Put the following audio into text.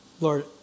Lord